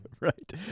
right